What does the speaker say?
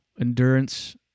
Endurance